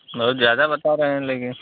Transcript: बहुत ज़्यादा बता रहे हें लेकिन